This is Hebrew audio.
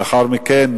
לאחר מכן,